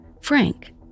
Frank